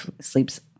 sleeps